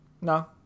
No